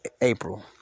April